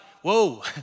Whoa